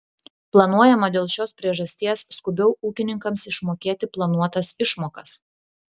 planuojama dėl šios priežasties skubiau ūkininkams išmokėti planuotas išmokas